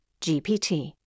GPT